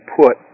put